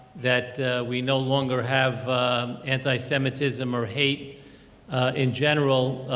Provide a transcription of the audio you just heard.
that we no longer have anti-semitism or hate in general,